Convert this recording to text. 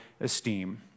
Esteem